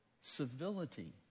civility